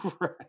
Right